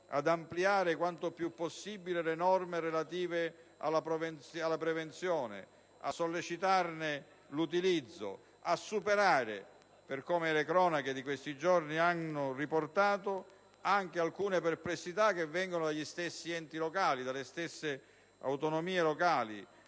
ad ampliare quanto più possibile le norme relative alla prevenzione, a sollecitarne l'utilizzo ed a superare le perplessità - come le cronache di questi giorni hanno riportato - provenienti dagli stessi enti locali, dalle stesse autonomie locali.